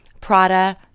Prada